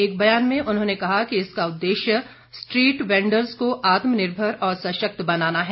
एक बयान में उन्होंने कहा कि इसका उद्देश्य स्ट्रीट वैंडर्ज को आत्मनिर्भर और सशक्त बनाना है